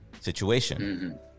situation